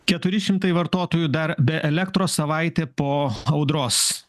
keturi šimtai vartotojų dar be elektros savaitė po audros